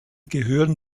gehören